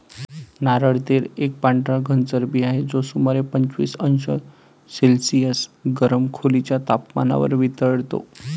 नारळ तेल एक पांढरा घन चरबी आहे, जो सुमारे पंचवीस अंश सेल्सिअस गरम खोलीच्या तपमानावर वितळतो